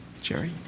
Jerry